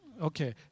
Okay